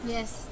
Yes